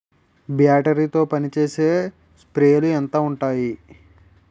Battery తో పనిచేసే స్ప్రేలు ఎంత ఉంటాయి?